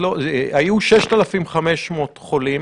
היו 6,500 חולים